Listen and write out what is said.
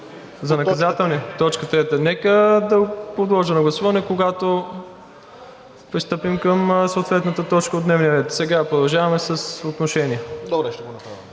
За Наказателния – точка трета. Нека да го подложа на гласуване, когато пристъпим към съответната точка от дневния ред. Сега продължаваме с отношение. Добре, всъщност,